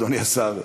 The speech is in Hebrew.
אדוני השר.